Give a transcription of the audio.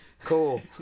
cool